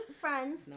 friends